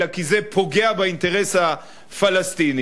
אלא כי זה פוגע באינטרס הפלסטיני.